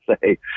say